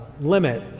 limit